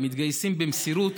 המתגייסים במסירות,